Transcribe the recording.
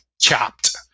chopped